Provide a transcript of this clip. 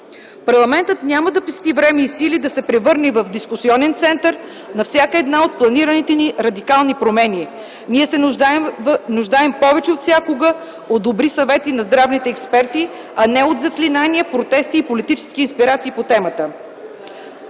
Парламентът няма да пести време и сили да се превърне в дискусионен център на всяка от планираните ни радикални промени. Ние се нуждаем повече от всякога от добри съвети на здравните експерти, а не от заклинания, протести и политически аспирации по темата.